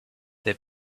they